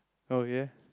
oh ya